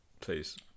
Please